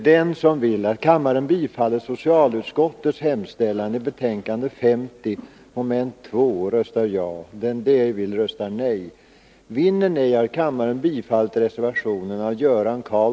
Kammaren övergår nu till att debattera socialutskottets betänkande 38 om arbetstid och semester.